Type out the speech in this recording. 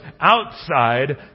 outside